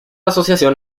asociación